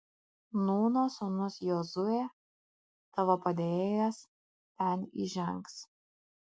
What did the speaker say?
nūno sūnus jozuė tavo padėjėjas ten įžengs